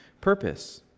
purpose